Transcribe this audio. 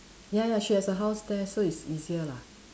ya ya she has a house there so it's easier lah